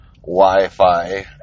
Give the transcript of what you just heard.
Wi-Fi